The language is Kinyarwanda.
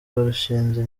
barushinze